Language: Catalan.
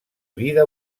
vida